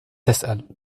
تسأل